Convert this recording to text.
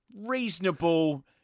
reasonable